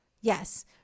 Yes